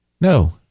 No